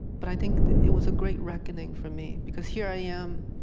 but i think it was a great reckoning for me, because here i am,